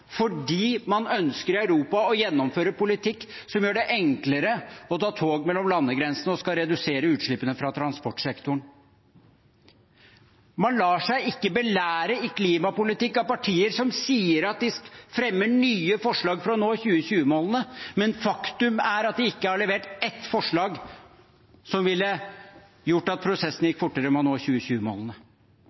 fordi man i Europa ønsker å gjennomføre en politikk som gjør det enklere å ta tog over landegrensene og skal redusere utslippene fra transportsektoren. Man lar seg ikke belære i klimapolitikk av partier som sier at de fremmer nye forslag for å nå 2020-målene, mens faktum er at de ikke har levert ett forslag som ville gjort at prosessen med å nå 2020-målene gikk fortere.